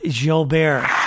Gilbert